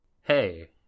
hey